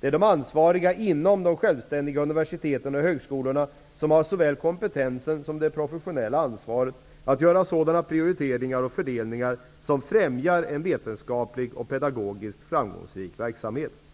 Det är de ansvariga inom de självständiga universiteten och högskolorna som har såväl kompetens som det professionella ansvaret att göra sådana prioriteringar och fördelningar, som främjar en vetenskapligt och pedagodiskt framgångsrik verksamhet.